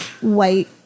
white